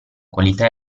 qualità